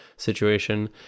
situation